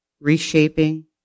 reshaping